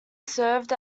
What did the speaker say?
served